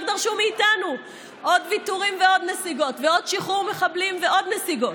רק דרשו מאיתנו עוד ויתורים ועוד נסיגות ועוד שחרור מחבלים ועוד נסיגות.